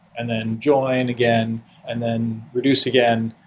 and then join again and then reduce again.